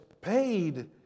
paid